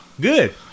Good